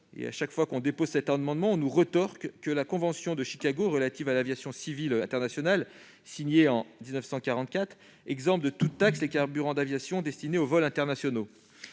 Chaque fois que nous déposons cet amendement, on nous rétorque systématiquement que la convention de Chicago relative à l'aviation civile internationale de 1944 exempte de toute taxe les carburants d'aviation destinés aux vols internationaux.